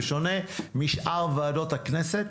בשונה משאר ועדות כנסת,